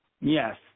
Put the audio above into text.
Yes